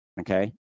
okay